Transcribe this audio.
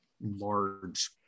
large